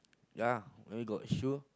ya maybe got shoe